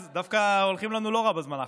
דווקא הולך לנו לא רע בזמן האחרון.